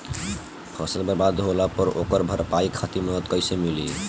फसल बर्बाद होला पर ओकर भरपाई खातिर मदद कइसे मिली?